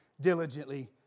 diligently